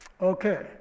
Okay